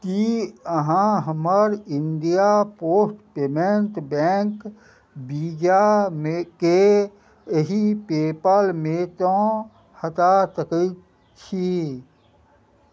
की अहाँ हमर India post payment bank बीजामे के एहि पे पल मे तँ हटा सकैत छी